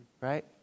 Right